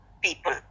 people